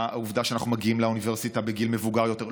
העובדה שאנחנו מגיעים לאוניברסיטה בגיל מבוגר יותר.